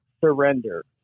surrender